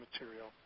material